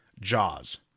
Jaws